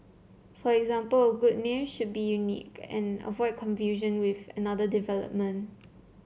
for example a good name should be unique and avoid confusion with another development